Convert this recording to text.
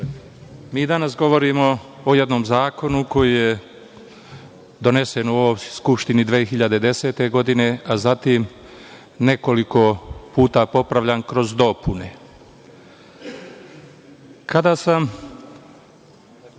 mi danas govorimo o jednom zakonu koji je donesen u ovoj Skupštini 2010. godine, a zatim nekoliko puta popravljan kroz dopune. Kada sam